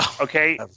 Okay